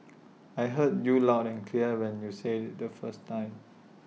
I heard you loud and clear when you said IT the first time